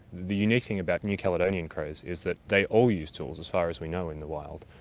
the unique thing about new caledonian crows is that they all use tools, as far as we know, in the wild,